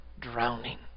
drowning